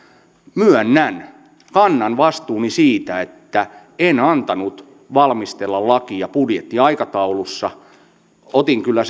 myönnän kannan vastuuni siitä että en antanut valmistella lakia budjettiaikataulussa varmistin kyllä